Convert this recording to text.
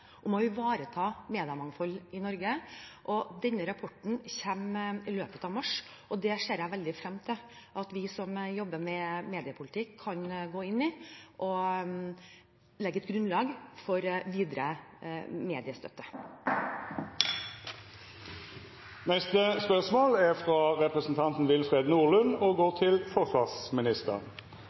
å ivareta mediemangfoldet i Norge. Rapporten kommer i løpet av mars. Jeg ser frem til at vi som jobber med mediepolitikk, kan gå inn i den og legge et grunnlag for videre mediestøtte. Jeg tillater meg å stille følgende spørsmål: «I et brev datert 10. november 2017 fra Forsvarsdepartementet til